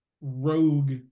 rogue